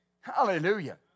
Hallelujah